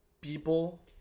people